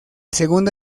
segundo